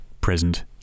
present